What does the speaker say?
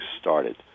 started